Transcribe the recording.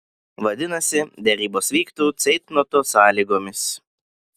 vadinasi derybos vyktų ceitnoto sąlygomis